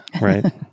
Right